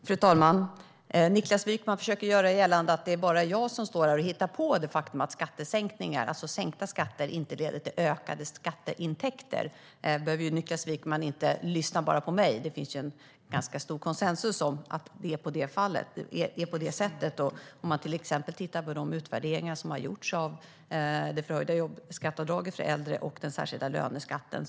Fru talman! Niklas Wykman försöker göra gällande att jag bara står här och hittar på det faktum att skattesänkningar inte leder till ökade skatteintäkter. Niklas Wykman behöver inte lyssna bara på mig. Det finns en ganska stor konsensus om att det är på det sättet. Man kan till exempel titta på de utvärderingar som har gjorts av det förhöjda jobbskatteavdraget för äldre och den särskilda löneskatten.